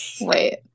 Wait